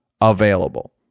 available